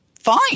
Fine